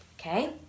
okay